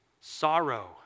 sorrow